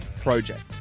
Project